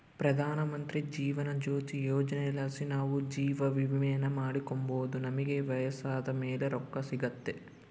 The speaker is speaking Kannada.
ಪ್ರಧಾನಮಂತ್ರಿ ಜೀವನ ಜ್ಯೋತಿ ಯೋಜನೆಲಾಸಿ ನಾವು ಜೀವವಿಮೇನ ಮಾಡಿಕೆಂಬೋದು ನಮಿಗೆ ವಯಸ್ಸಾದ್ ಮೇಲೆ ರೊಕ್ಕ ಸಿಗ್ತತೆ